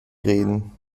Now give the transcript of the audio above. reden